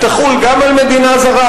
היא תחול גם על מדינה זרה,